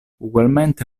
ugualmente